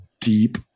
deep